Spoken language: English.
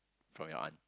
from your aunt